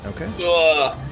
Okay